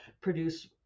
produce